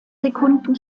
sekunden